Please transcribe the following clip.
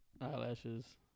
eyelashes